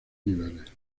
niveles